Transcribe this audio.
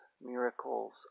miracles